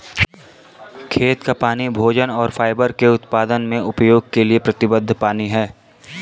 खेत का पानी भोजन और फाइबर के उत्पादन में उपयोग के लिए प्रतिबद्ध पानी है